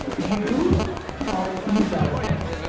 you are irrelevant.